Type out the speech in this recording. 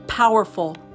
powerful